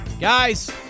Guys